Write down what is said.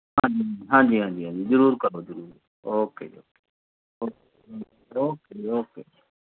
ਹਾਂਜੀ ਹਾਂਜੀ ਹਾਂਜੀ ਹਾਂਜੀ ਜ਼ਰੂਰ ਕਰੋ ਜ਼ਰੂਰ ਓਕੇ ਜੀ ਓਕੇ ਓਕੇ ਜੀ ਓਕੇ